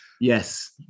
yes